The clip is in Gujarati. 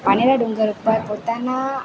પાનેરા ડુંગર ઉપર પોતાના